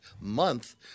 month